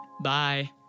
Bye